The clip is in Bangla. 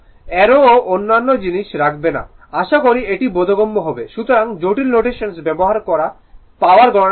অ্যারো ও অন্যান্য জিনিস রাখবে না আশা করি এটি বোধগম্য হবে সুতরাং জটিল নোটেশনস ব্যবহার করে পাওয়ার গণনা করব